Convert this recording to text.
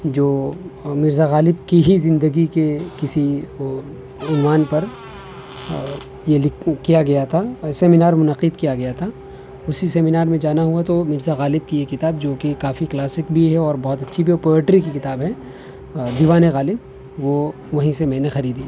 جو مرزا غالب کی ہی زندگی کے کسی عنوان پر یہ کیا گیا تھا سیمینار منعقد کیا گیا تھا اسی سیمینار میں جانا ہوا تو مرزا غالب کی یہ کتاب جوکہ کافی کلاسک بھی ہے اور بہت اچھی بھی اور پوئٹری کی کتاب ہے دیوان غالب وہ وہیں سے میں نے خریدی